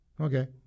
okay